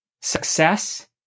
success